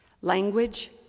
Language